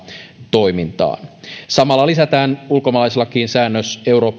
toimintaan samalla lisätään ulkomaalaislakiin säännös